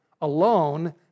alone